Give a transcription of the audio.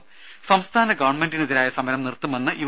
രദ് സംസ്ഥാന ഗവൺമെന്റിനെതിരായ സമരം നിർത്തുമെന്ന് യു